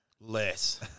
Less